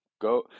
go